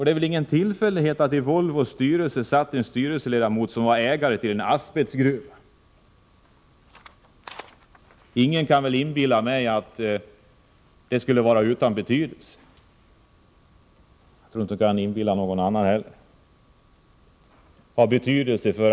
Det är väl ingen tillfällighet att det i Volvos styrelse satt en ledamot som var ägare till en asbestgruva? Ingen kan inbilla mig att det skulle vara utan betydelse, och jag tror inte man kan inbilla någon annan det heller.